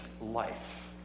life